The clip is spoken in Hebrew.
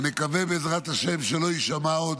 ונקווה, בעזרת השם, שלא יישמע עוד